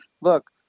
look